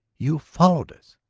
you followed us?